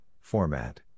format